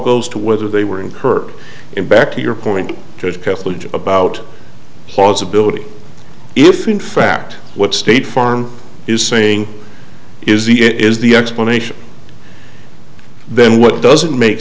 goes to whether they were in kirk in back to your point about plausibility if in fact what state farm is saying is the it is the explanation then what doesn't make